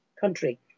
country